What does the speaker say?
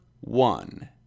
one